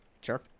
Sure